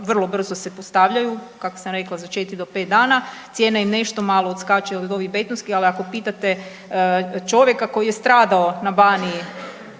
vrlo brzo se postavljaju, kako sam rekla za četiri do pet dana. Cijena im nešto malo odskače od ovih betonskih, ali ako pitate čovjeka koji je stradao na Baniji